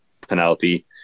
Penelope